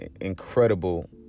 incredible